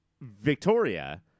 Victoria